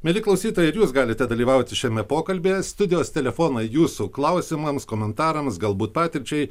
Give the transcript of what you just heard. mieli klausytojai ir jūs galite dalyvauti šiame pokalbyje studijos telefonai jūsų klausimams komentarams galbūt patirčiai